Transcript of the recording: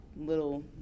little